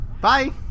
bye